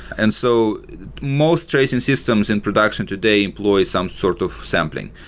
and so most tracing systems in production today employs some sort of sampling,